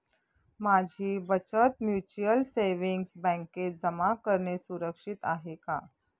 माझी बचत mutual savings बँकेत जमा करणे सुरक्षित आहे का